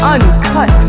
Uncut